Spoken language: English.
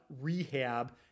rehab